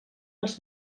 als